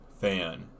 fan